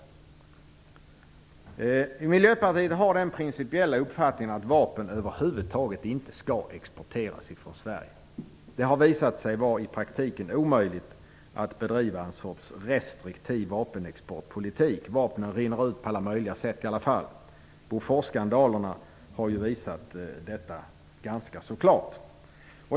Miljöpartiet har den principiella uppfattningen att vapen över huvud taget inte skall exporteras från Sverige. Det har visat sig vara i praktiken omöjligt att bedriva en sorts restriktiv vapenexportpolitik. Vapnen rinner ut på alla möjliga sätt i alla fall. Boforsskandalerna har visat detta ganska så klart.